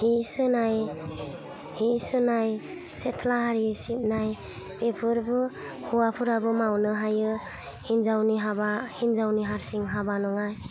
हि सुनाय हि सुनाय सेथला आरि सिबनाय बेफोरबो हौवाफोराबो मावनो हायो हिन्जावनि हाबा हिन्जावनि हारसिं हाबा नङा